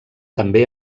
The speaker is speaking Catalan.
també